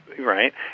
right